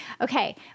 okay